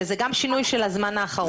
שזה גם שינוי של הזמן האחרון.